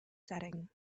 setting